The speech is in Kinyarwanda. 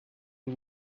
cyo